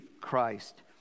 Christ